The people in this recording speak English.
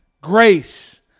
Grace